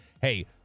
hey